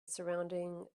surrounding